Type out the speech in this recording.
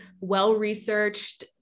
well-researched